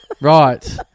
Right